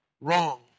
wrong